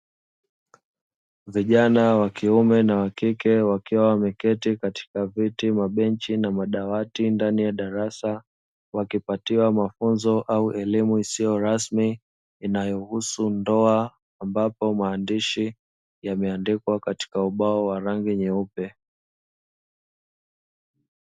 Vijana wa kiume na wa kike wakiwa wameketi katika viti, mabenchi na madawati; ndani ya darasa wakipatiwa mafunzo au elimu isiyo rasmi inayousu ndoa, ambapo maandishi yameandikwa katika ubao wa rangi nyeupe.